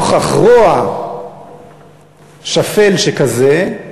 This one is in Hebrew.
נוכח רוע שפל שכזה,